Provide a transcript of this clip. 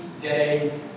day